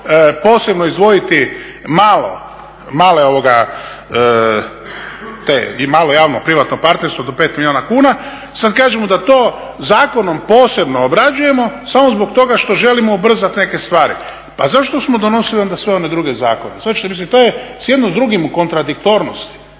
posebno izdvojiti te, i malo javno privatno partnerstvo do 5 milijuna kuna. Sada kažemo da to zakonom posebno obrađujemo samo zbog toga što želimo ubrzati neke stvari. Pa zašto smo donosili onda sve one druge zakone? Shvaćate mislim to je, jedno s drugim u kontradiktornosti.